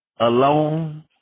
alone